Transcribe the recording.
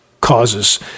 causes